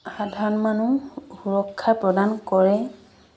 সাধাৰণ মানুহ সুৰক্ষা প্ৰদান কৰে